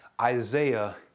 Isaiah